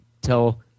tell